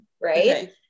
Right